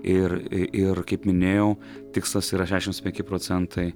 ir ir kaip minėjau tikslas yra šešiasdešimts penki procentai